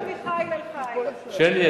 שלי,